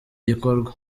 gikorwa